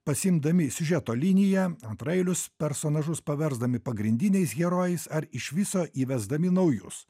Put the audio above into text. pasiimdami siužeto liniją antraeilius personažus paversdami pagrindiniais herojais ar iš viso įvesdami naujus